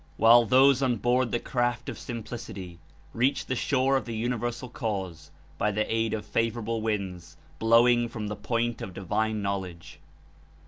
while those on board the craft of simplicity reached the shore of the universal cause by the aid of favorable winds blowing from the point of divine knowledge.